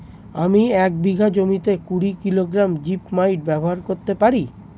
আমি এক বিঘা জমিতে কুড়ি কিলোগ্রাম জিপমাইট ব্যবহার করতে পারি?